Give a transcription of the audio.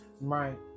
Right